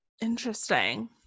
Interesting